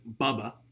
Bubba